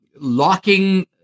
locking